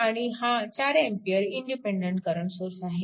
आणि हा 4A independent current source आहे